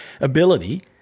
ability